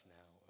now